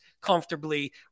comfortably